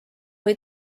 või